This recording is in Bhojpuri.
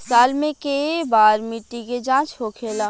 साल मे केए बार मिट्टी के जाँच होखेला?